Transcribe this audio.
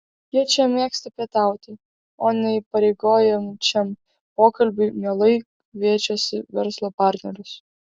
jie čia mėgsta pietauti o neįpareigojančiam pokalbiui mielai kviečiasi verslo partnerius